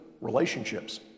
relationships